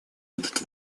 этот